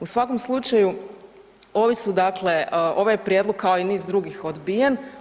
U svakom slučaju, ovi su dakle, ovaj je prijedlog, kao i niz drugih odbijen.